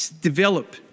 develop